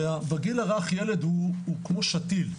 בגיל הרך ילד הוא כמו שתיל,